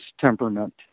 temperament